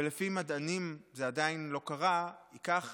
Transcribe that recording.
ולפי מדענים, זה עדיין לא קרה, ייקח